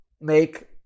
make